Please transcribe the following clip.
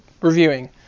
reviewing